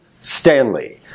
Stanley